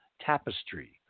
tapestry